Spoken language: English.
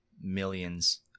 millions